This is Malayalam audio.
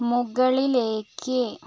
മുകളിലേക്ക്